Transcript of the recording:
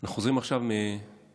אנחנו חוזרים עכשיו מכינוס,